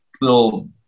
little